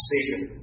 Satan